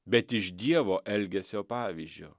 bet iš dievo elgesio pavyzdžio